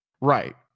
Right